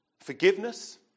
Forgiveness